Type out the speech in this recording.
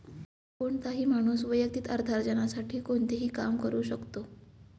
कोणताही माणूस वैयक्तिक अर्थार्जनासाठी कोणतेही काम करू शकतो